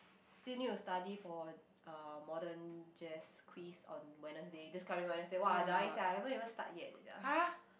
still need to study for uh modern jazz quiz on Wednesday this coming Wednesday !wah! dying sia haven't even started yet sia